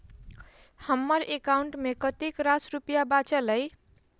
हम्मर एकाउंट मे कतेक रास रुपया बाचल अई?